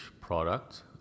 product